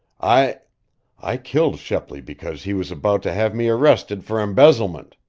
i i killed shepley because he was about to have me arrested for embezzlement.